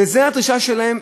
וזו הדרישה שלהם,